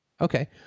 Okay